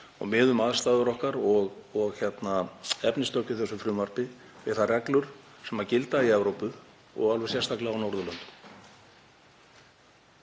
og miðum aðstæður okkar og efnistök í þessu frumvarpi við þær reglur sem gilda í Evrópu og alveg sérstaklega á Norðurlöndum.